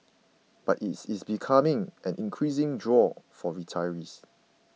but it is becoming an increasing draw for retirees